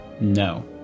No